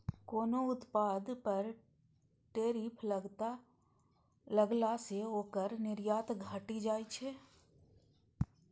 कोनो उत्पाद पर टैरिफ लगला सं ओकर निर्यात घटि जाइ छै